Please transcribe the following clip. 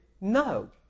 no